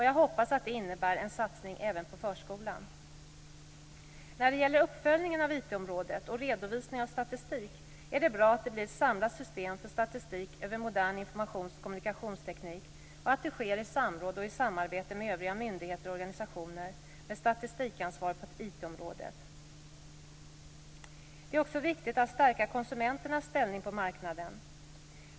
Jag hoppas att det innebär en satsning även på förskolan. När det gäller uppföljningen av IT-området och redovisningen av statistik är det bra att det blir ett samlat system för statistik över modern informationsoch kommunikationsteknik och att det sker i samråd och i samarbete med övriga myndigheter/organisationer med statistikansvar på IT-området. Det är också viktigt att stärka konsumenternas ställning på marknaden.